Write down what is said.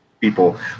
people